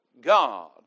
God